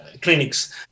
clinics